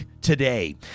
today